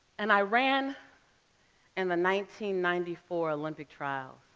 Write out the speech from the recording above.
and i ran in the ninety ninety four olympic trials.